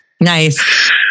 Nice